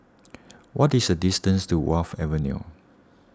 what is the distance to Wharf Avenue